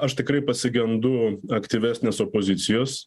aš tikrai pasigendu aktyvesnės opozicijos